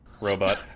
robot